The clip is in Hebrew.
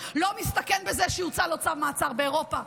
לא מסתכן בזה שיוצא לו צו מעצר באירופה.